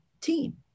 team